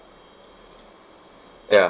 ya